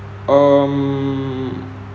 um